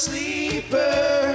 Sleeper